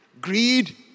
Greed